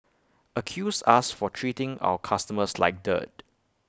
accused us for treating our customers like dirt